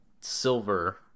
silver